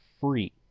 free